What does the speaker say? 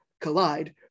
collide